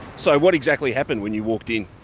so what exactly happened when you walked in?